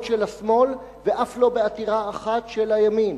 של השמאל ואף לא בעתירה אחת של הימין.